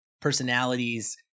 personalities